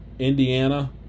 Indiana